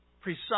precise